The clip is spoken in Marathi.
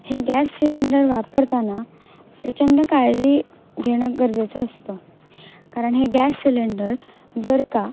हे गॅस सिलेंडर वापरताना प्रचंड काळजी घेणं गरजेचं असतं कारण हे गॅस सिलेंडर जर का